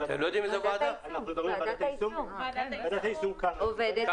ועדת היישום קמה.